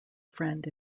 friend